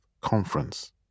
Conference